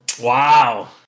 Wow